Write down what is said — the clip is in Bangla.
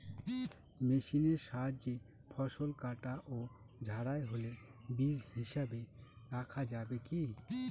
মেশিনের সাহায্যে ফসল কাটা ও ঝাড়াই হলে বীজ হিসাবে রাখা যাবে কি?